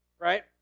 right